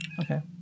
Okay